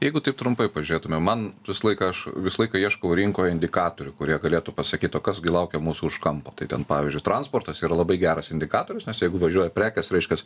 jeigu taip trumpai pažiūrėtume man visą laiką aš visą laiką ieškau rinkoj indikatorių kurie galėtų pasakyt o kas gi laukia mūsų už kampo tai ten pavyzdžiui transportas yra labai geras indikatorius nes jeigu važiuoja prekės reiškias